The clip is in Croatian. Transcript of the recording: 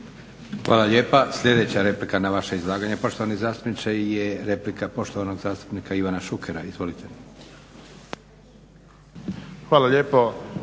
Hvala lijepa. Sljedeća replika na vaše izlaganje poštovani zastupniče je replika poštovanog zastupnika Ivana Šukera. Izvolite. **Šuker,